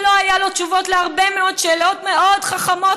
לא היו לו תשובות על הרבה מאוד שאלות מאוד חכמות,